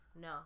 No